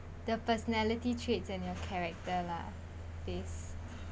the personality traits and your character lah this